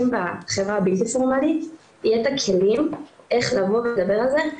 בחברה הבלתי פורמלית יהיו את הכלים איך לבוא ולדבר על זה,